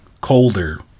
colder